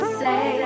say